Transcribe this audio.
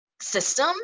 system